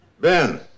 Ben